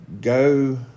go